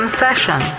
session